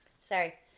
sorry